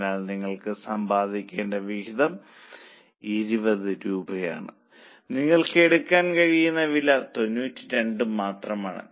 അതിനാൽ നിങ്ങൾ സമ്പാദിക്കേണ്ട വിഹിതം 20 രൂപയാണ് നിങ്ങൾക്ക് എടുക്കാൻ കഴിയുന്ന വില 92 മാത്രമാണ്